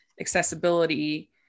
accessibility